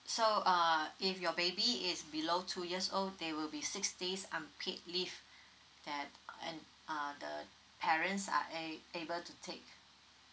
so uh if your baby is below two years old there will be six days unpaid leave that and uh the parents are a~ able to take